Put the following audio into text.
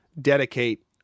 dedicate